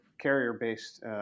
carrier-based